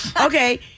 Okay